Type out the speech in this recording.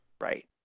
Right